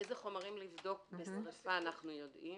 אילו חומרים לבדוק בשריפה אנחנו יודעים.